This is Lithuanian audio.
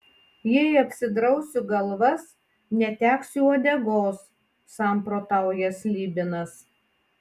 jei apsidrausiu galvas neteksiu uodegos samprotauja slibinas